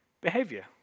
behavior